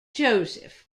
josef